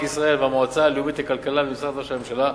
ישראל והמועצה הלאומית לכלכלה במשרד ראש הממשלה.